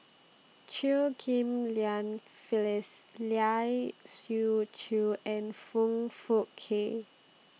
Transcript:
Chew Ghim Lian Phyllis Lai Siu Chiu and Foong Fook Kay